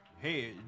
Hey